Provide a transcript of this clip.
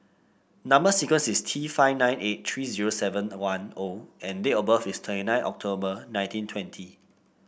number sequence is T five nine eight three zero seven one O and date of birth is twenty nine October nineteen twenty